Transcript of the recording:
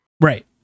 Right